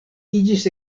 iĝis